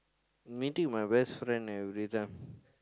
meeting my best friend everytime